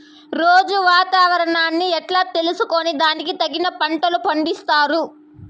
రోజూ వాతావరణాన్ని ఎట్లా తెలుసుకొని దానికి తగిన పంటలని పండిస్తారు?